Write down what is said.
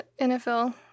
NFL